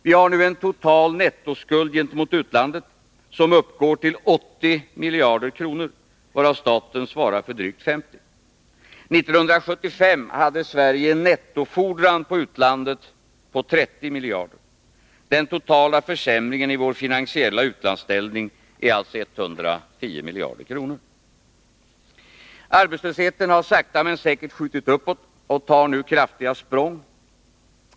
Vi har en total nettoskuld gentemot utlandet som nu uppgår till 80 miljarder kronor, varav staten svarar för 50 miljarder. 1975 hade Sverige en nettofordran på utlandet på 30 miljarder. Den totala försämringen i vår finansiella utlandsställning är alltså 110 miljarder. Arbetslösheten har sakta men säkert skjutit uppåt och tar nu kraftiga språng.